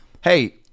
hey